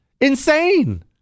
insane